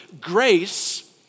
Grace